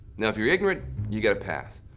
now if you're ignorant you get a pass,